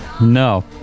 No